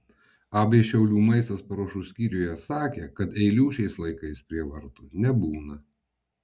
ab šiaulių maistas paruošų skyriuje sakė kad eilių šiais laikais prie vartų nebūna